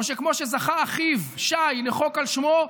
או שכמו שזכה אחיו שי לחוק על שמו,